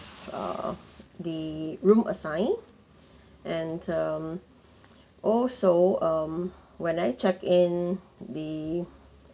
err the room assigned and um also um when I check in the